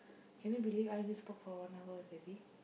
can you believe I already spoke for one hour already